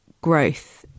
growth